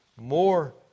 more